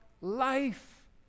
life